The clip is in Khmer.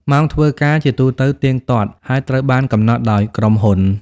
ម៉ោងធ្វើការជាទូទៅទៀងទាត់ ហើយត្រូវបានកំណត់ដោយក្រុមហ៊ុន។